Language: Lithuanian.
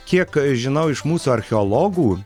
kiek žinau iš mūsų archeologų